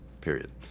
Period